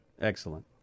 Excellent